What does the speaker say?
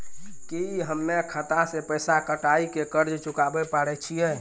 की हम्मय खाता से पैसा कटाई के कर्ज चुकाबै पारे छियै?